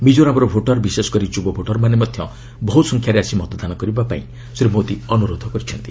ମିକୋରାମ୍ର voter ବିଶେଷକରି ଯୁବ ଭୋଟର୍ମାନେ ମଧ୍ୟ ବହୁସଂଖ୍ୟାରେ ଆସି ମତଦାନ କରିବାପାଇଁ ଶ୍ରୀ ମୋଦି ଅନୁରୋଧ କରିଛନ୍ତି